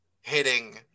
hitting